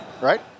right